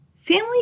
Family